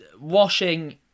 Washing